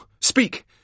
Speak